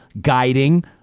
guiding